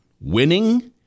winning –